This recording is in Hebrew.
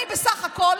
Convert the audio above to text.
אני בסך הכול